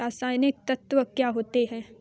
रसायनिक तत्व क्या होते हैं?